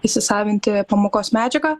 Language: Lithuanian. įsisavinti pamokos medžiagą